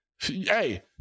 hey